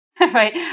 right